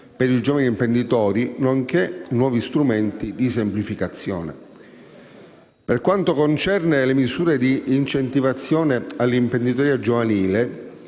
per i giovani imprenditori, nonché nuovi strumenti di semplificazione. Per quanto riguarda le misure di incentivazione all'imprenditoria giovanile,